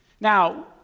Now